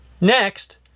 Next